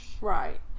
Right